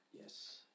yes